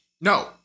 No